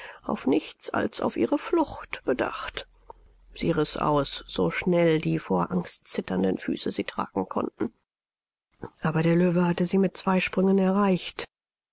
auf nichts als auf ihre flucht bedacht sie riß aus so schnell die vor angst zitternden füße sie tragen konnten aber der löwe hatte sie mit zwei sprüngen erreicht